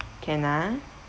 can ah